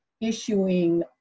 issuing